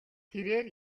тэрээр